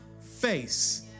face